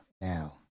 Now